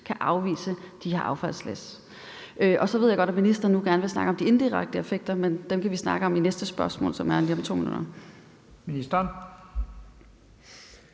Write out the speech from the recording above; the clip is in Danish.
kan afvise de her affaldslæs. Så ved jeg godt, at ministeren nu gerne vil snakke om de indirekte effekter, men dem kan vi snakke om under det næste spørgsmål, som jeg stiller